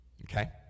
Okay